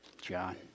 John